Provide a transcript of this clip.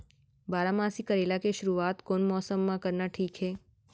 बारामासी करेला के शुरुवात कोन मौसम मा करना ठीक हे?